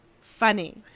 funny